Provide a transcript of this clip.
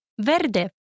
verde